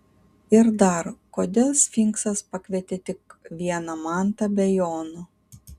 ir dar kodėl sfinksas pakvietė tik vieną mantą be jono